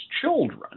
children